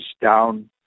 down